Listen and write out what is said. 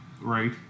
right